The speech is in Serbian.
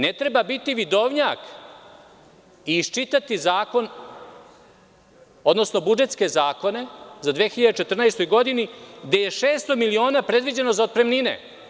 Ne treba biti vidovnjak i iščitati zakon, odnosno budžetske zakone za 2014. godinu gde je 600 miliona predviđeno za otpremnine.